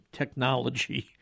technology